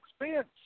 expense